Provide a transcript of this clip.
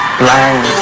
blind